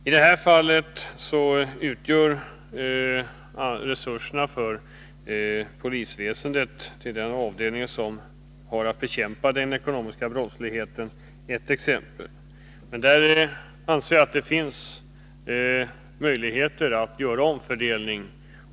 I detta fall utgör resurserna till den avdelning inom polisväsendet som har att bekämpa den ekonomiska brottsligheten ett exempel. Men där anser jag att det finns möjligheter att göra en omfördelning.